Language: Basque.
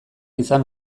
izan